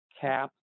cap